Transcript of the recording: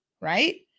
right